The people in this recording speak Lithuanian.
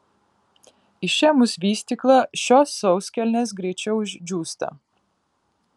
išėmus vystyklą šios sauskelnės greičiau išdžiūsta